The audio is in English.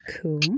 Cool